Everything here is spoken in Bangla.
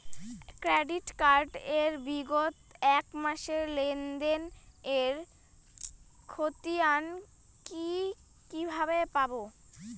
ক্রেডিট কার্ড এর বিগত এক মাসের লেনদেন এর ক্ষতিয়ান কি কিভাবে পাব?